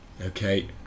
Okay